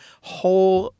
whole